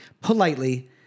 politely